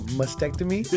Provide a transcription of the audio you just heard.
mastectomy